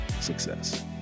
success